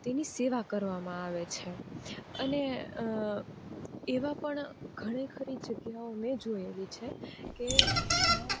તેની સેવા કરવામાં આવે છે અને એમાં પણ ઘણી ખરી જગ્યાઓ મેં જોયેલી છે કે જયાં